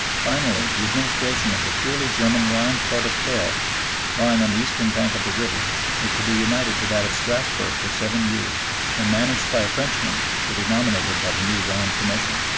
finally the administration of the purely german rhine port of kehl lying on the eastern bank of the river is to be united to that of strassburg for seven years and managed by a frenchman to be nominated by the new rhine commission.